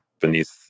beneath